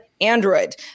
Android